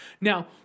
Now